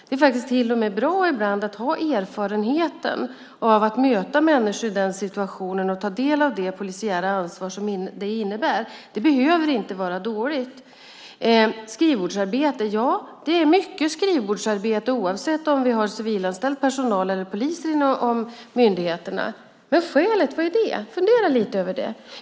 Det är till och med bra ibland att ha erfarenheten av att möta människor i den situationen och ta del av det polisiära ansvar som det innebär. Det behöver inte vara dåligt. Skrivbordsarbete? Ja, det är mycket skrivbordsarbete oavsett om vi har civilanställd personal eller poliser inom myndigheterna. Men skälet, vad är det? Fundera lite över det!